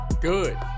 Good